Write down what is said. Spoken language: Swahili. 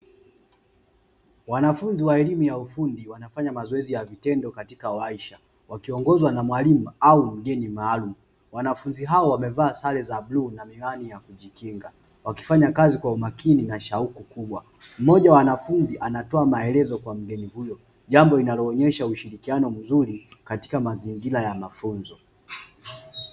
Wanafunzi wa elimu ya ufundi wanafanya mazoezi ya vitendo katika warsha, wakiongozwa na mwalimu au mgeni maalumu, Wanafunzi hao wamevaa sare za bluu na miwani ya kujikinga, wakifanya kazi kwa umakini na shauku kubwa, mmoja wa Wanafunzi anatoa maelezo kwa mgeni huyo, jambo linalo onyesha ushirikiano mzuri katika mazingira ya mafunzo.